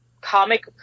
comic